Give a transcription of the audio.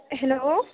hello